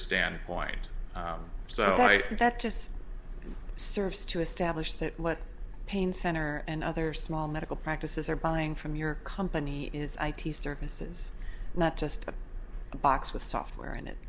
standpoint so i think that just serves to establish that what pain center and other small medical practices are buying from your company is i t services not just a box with software in